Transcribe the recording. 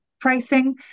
pricing